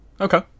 Okay